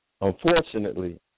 Unfortunately